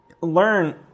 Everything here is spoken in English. learn